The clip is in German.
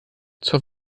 zur